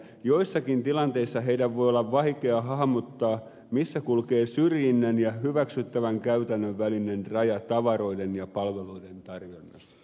joissakin tilanteissa heidän voi olla vaikea hahmottaa missä kulkee syrjinnän ja hyväksyttävän käytännön välinen raja tavaroiden ja palveluiden tarjonnassa